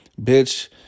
Bitch